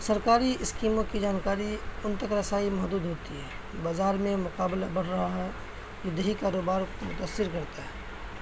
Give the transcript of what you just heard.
سرکاری اسکیموں کی جانکاری ان تک رسائی محدود ہوتی ہے بازار میں مقابلہ بڑھ رہا ہے یہ دیہی کاروبار کو متاثر کرتا ہے